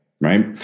Right